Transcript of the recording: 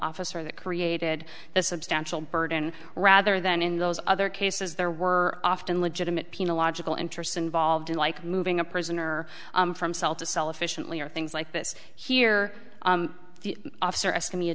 officer that created the substantial burden rather than in those other cases there were often legitimate pina logical interests involved in like moving a prisoner from cell to cell efficiently or things like this here the officer asked me a